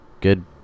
Good